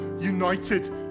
united